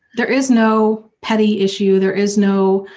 there is no petty issue, there is no.